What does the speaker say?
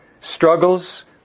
struggles